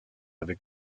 avait